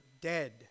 dead